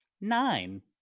Nine